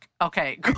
Okay